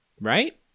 right